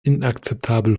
inakzeptabel